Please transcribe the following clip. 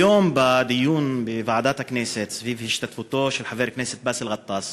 היום בדיון בוועדת הכנסת סביב השתתפותו של חבר הכנסת באסל גטאס